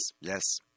Yes